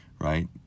right